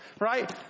right